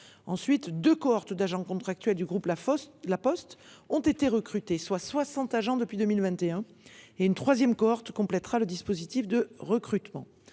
deux cohortes d’agents contractuels du groupe La Poste ont été recrutées, soit soixante personnes depuis 2021, et une troisième cohorte complétera le dispositif de recrutement.